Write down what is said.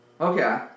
okay